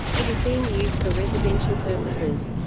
it is being used for residential purposes.